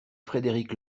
frédéric